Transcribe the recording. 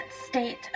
state